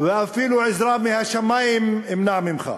ואפילו עזרה מהשמים אמנע ממך.